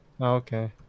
Okay